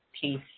peace